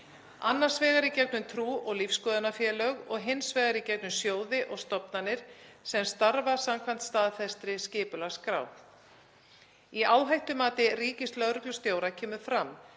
Annars vegar í gegnum trú- og lífsskoðunarfélög og hins vegar í gegnum sjóði og stofnanir sem starfa samkvæmt staðfestri skipulagsskrá. Í áhættumati ríkislögreglustjóra kemur fram